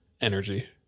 energy